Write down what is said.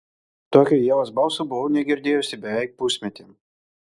tokio ievos balso buvau negirdėjusi beveik pusmetį